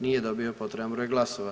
Nije dobio potreban broj glasova.